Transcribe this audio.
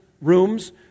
rooms